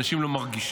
אנשים לא מרגישים?